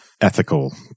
ethical